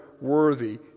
worthy